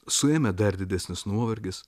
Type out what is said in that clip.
suėmė dar didesnis nuovargis